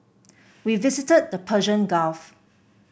we visited the Persian Gulf